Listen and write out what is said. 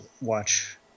watch